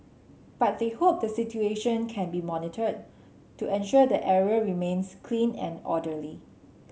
but they hope the situation can be monitored to ensure the area remains clean and orderly